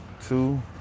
Two